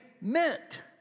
meant